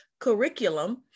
curriculum